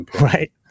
right